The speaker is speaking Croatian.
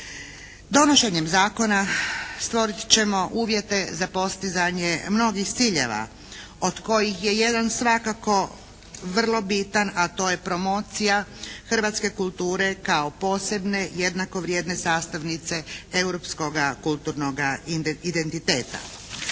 Donošenjem zakona stvorit ćemo uvjete za postizanje mnogih ciljeva od kojih je jedan svakako vrlo bitan, a to je promocija hrvatske kulture kao posebne, jednako vrijedne sastavnice europskoga kulturnoga identiteta.